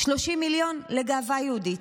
30 מיליון לגאווה יהודית,